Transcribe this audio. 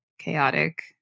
chaotic